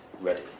ready